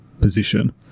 position